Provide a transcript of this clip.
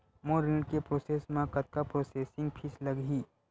मोर ऋण के प्रोसेस म कतका प्रोसेसिंग फीस लगही?